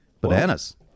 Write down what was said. Bananas